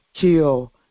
kill